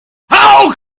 how